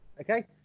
Okay